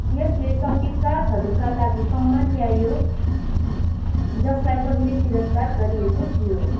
यसले सङ्गीतकारहरूका लागि सम्मान ल्यायो जसलाई पहिले तिरस्कार गरिएको थियो